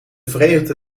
verenigde